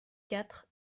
quatre